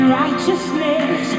righteousness